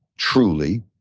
truly,